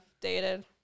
dated